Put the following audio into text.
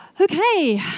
Okay